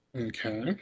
Okay